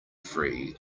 free